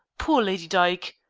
poor lady dyke!